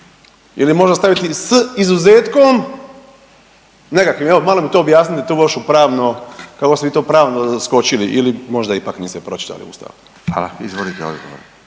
ili možda staviti s izuzetkom nekakvim, evo malo mi to objasnite tu lošu pravno, kako ste vi to pravno zaskočili ili možda ipak niste pročitali Ustav. **Radin, Furio